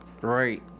right